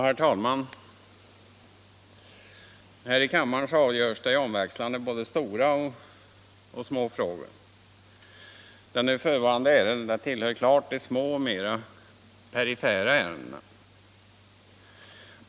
Herr talman! Här i kammaren avgörs omväxlande stora och små frågor. Det nu förevarande ärendet tillhör klart de små och mer perifera ärendena.